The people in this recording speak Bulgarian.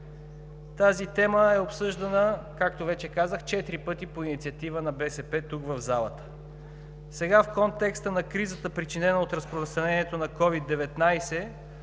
Тази тема е обсъждана, както вече казах, четири пъти по инициатива на БСП тук в залата. Сега в контекста на кризата, причинена от разпространението на COVID-19,